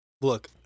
Look